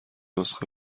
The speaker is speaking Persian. نسخه